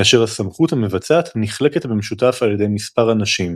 כאשר הסמכות המבצעת נחלקת במשותף על ידי מספר אנשים.